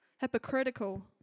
Hypocritical